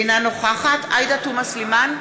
אינה נוכחת עאידה תומא סלימאן,